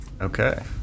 Okay